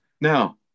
Now